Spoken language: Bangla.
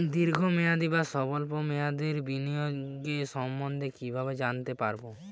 দীর্ঘ মেয়াদি বা স্বল্প মেয়াদি বিনিয়োগ সম্বন্ধে কীভাবে জানতে পারবো?